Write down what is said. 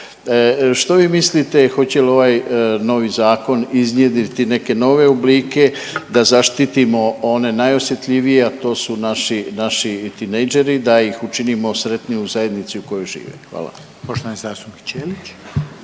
Što vi mislite hoće li ovaj novi zakon iznjedriti neke nove oblike da zaštitimo one najosjetljivije, a to su naši, naši tinejdžeri da ih učinimo sretnije u zajednici u kojoj žive? Hvala.